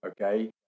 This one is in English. Okay